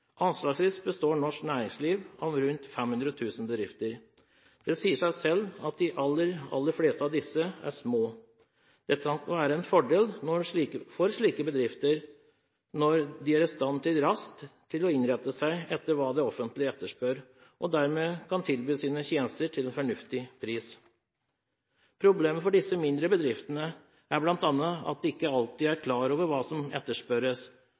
Anslagsvis består norsk næringsliv av rundt 500 000 bedrifter. Det sier seg selv at de aller, aller fleste av disse er små. Det kan være en fordel for slike bedrifter, når de er i stand til raskt å innrette seg etter det som det offentlige etterspør, og dermed kan tilby sine tjenester til en fornuftig pris. Problemet for disse mindre bedriftene er bl.a. at de ikke alltid er klar over hva som etterspørres.